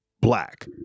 Black